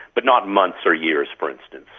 but not months or years, for instance.